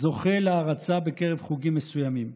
זוכה להערצה בקרב חוגים מסוימים.